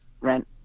rent